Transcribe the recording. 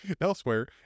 Elsewhere